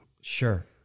Sure